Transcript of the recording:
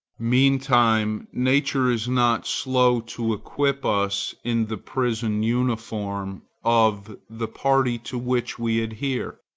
meantime nature is not slow to equip us in the prison-uniform of the party to which we adhere.